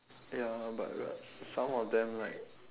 ya but got some of them right